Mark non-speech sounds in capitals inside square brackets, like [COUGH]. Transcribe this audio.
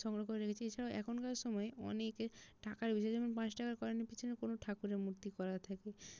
সংগ্রহ করে রেখেছি এছাড়াও এখনকার সময়ে অনেকে টাকার বিশেষ [UNINTELLIGIBLE] যেমন পাঁচ টাকার কয়েনের পিছনে কোনও ঠাকুরের মূর্তি করা থাকে